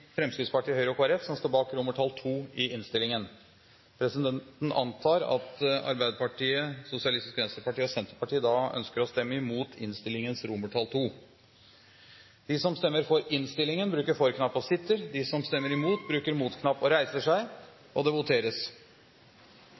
Fremskrittspartiet, Høyre og Kristelig Folkeparti, som står bak II i innstillingen. Presidenten antar at Arbeiderpartiet, Sosialistisk Venstreparti og Senterpartiet da ønsker å stemme imot innstillingens